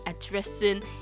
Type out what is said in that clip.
addressing